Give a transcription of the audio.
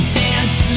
dance